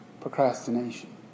Procrastination